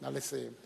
נא לסיים.